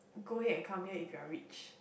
go ahead and come here if you're rich